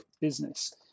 Business